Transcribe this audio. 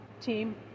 team